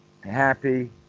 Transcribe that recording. happy